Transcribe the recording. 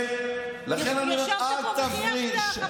מה, ישבת פה וחייכת חבל על הזמן.